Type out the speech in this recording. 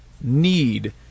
need